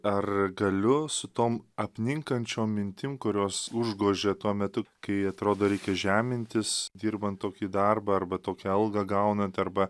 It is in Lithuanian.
ar galiu su tom apninkančiom mintim kurios užgožia tuo metu kai atrodo reikia žemintis dirbant tokį darbą arba tokią algą gaunant arba